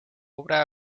obra